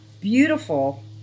beautiful